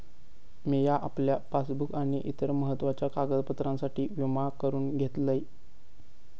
मिया आपल्या पासबुक आणि इतर महत्त्वाच्या कागदपत्रांसाठी विमा करून घेतलंय